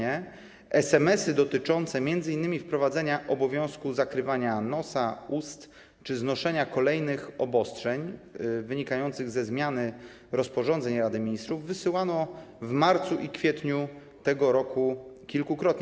SMS-y dotyczące m.in. wprowadzenia obowiązku zakrywania nosa, ust czy znoszenia kolejnych obostrzeń wynikających ze zmiany rozporządzeń Rady Ministrów wysyłano w marcu i kwietniu tego roku kilkukrotnie.